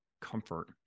comfort